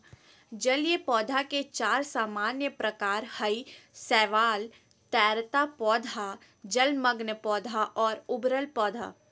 जलीय पौधे के चार सामान्य प्रकार हइ शैवाल, तैरता पौधा, जलमग्न पौधा और उभरल पौधा